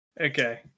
Okay